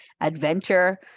adventure